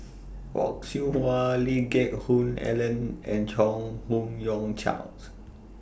Fock Siew Wah Lee Geck Hoon Ellen and Chong Fook YOU Charles